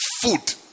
food